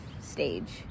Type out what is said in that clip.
stage